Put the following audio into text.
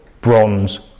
bronze